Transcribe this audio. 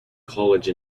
college